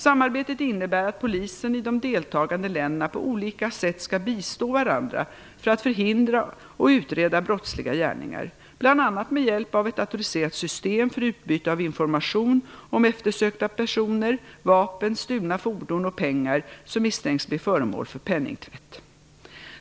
Samarbetet innebär att polisen i de deltagande länderna på olika sätt skall bistå varandra för att förhindra och utreda brottsliga gärningar, bl.a. med hjälp av ett datoriserat system för utbyte av information om eftersökta personer, vapen, stulna fordon och pengar som misstänks bli föremål för penningtvätt.